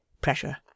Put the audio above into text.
Pressure